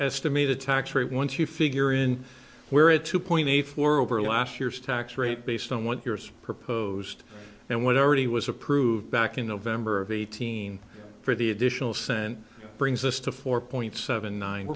estimated tax rate once you figure in where it's two point eight four over last year's tax rate based on what yours proposed and whatever he was approved back in november of eighteen for the additional cent brings us to four point seven nine